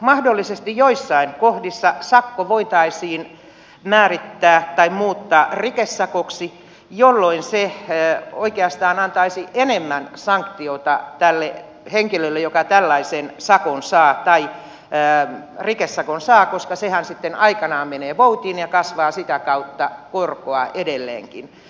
mahdollisesti joissain kohdissa sakko voitaisiin määrittää tai muuttaa rikesakoksi jolloin se oikeastaan antaisi enemmän sanktiota tälle henkilölle joka tällaisen rikesakon saa koska sehän sitten aikanaan menee voutiin ja kasvaa sitä kautta korkoa edelleenkin